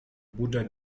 buddha